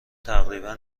تقریبا